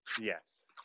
Yes